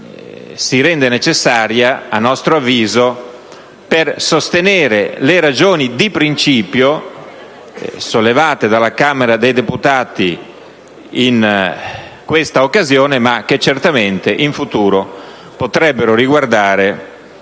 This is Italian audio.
si rende a nostro avviso necessaria per sostenere le ragioni di principio sollevate dalla Camera dei deputati in questa occasione, ma che certamente in futuro potrebbero riguardare